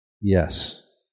yes